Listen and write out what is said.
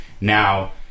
Now